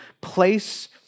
place